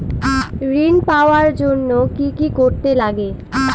ঋণ পাওয়ার জন্য কি কি করতে লাগে?